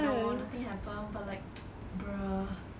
no nothing happened but like bruh